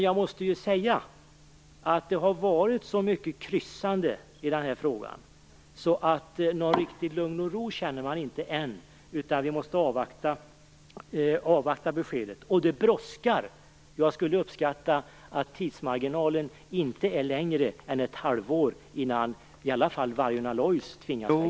Jag måste emellertid säga att det har varit så mycket kryssande i denna fråga att man ännu inte känner lugn och ro, utan vi måste avvakta beskedet. Och det brådskar. Jag skulle uppskatta att tidsmarginalen inte är större än ett halvår innan i alla fall Vargön Alloys tvingas lägga ned.